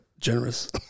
generous